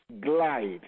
glide